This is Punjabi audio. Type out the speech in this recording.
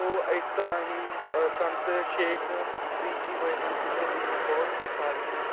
ਤੋ ਇਸ ਤਰ੍ਹਾਂ ਹੀ ਸੰਤ ਸ਼ੇਖ ਫਰੀਦ ਜੀ ਹੋਏ ਹਨ ਜਿਹਨਾਂ ਦੀਆਂ ਬਹੁਤ ਹੀ ਸਾਰੀਆਂ